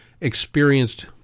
experienced